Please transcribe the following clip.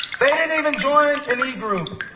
they didn't even join an egroup.